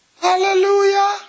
Hallelujah